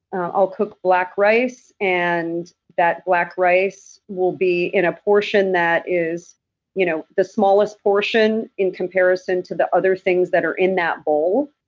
i'll cook black rice and that black rice will be in a portion that is you know the smallest portion in comparison to the other things that are in that bowl.